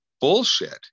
bullshit